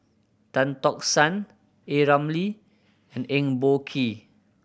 Tan Tock San A Ramli and Eng Boh Kee